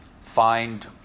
find